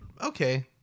okay